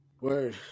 Word